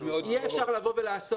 יהיה אפשר לבוא ולעשות